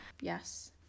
Yes